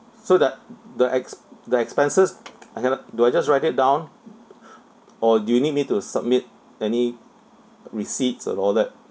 so the the ex~ the expenses I cannot do I just write it down or do you need me to submit any receipts and all that